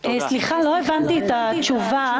סליחה, לא הבנתי את התשובה.